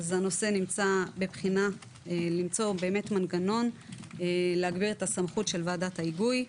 הנושא נמצא בבחינה למצוא באמת מנגנון להגביר את הסמכות של ועדת ההיגוי.